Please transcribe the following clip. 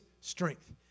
strength